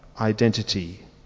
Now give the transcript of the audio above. identity